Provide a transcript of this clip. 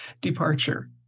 departure